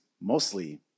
mostly